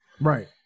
Right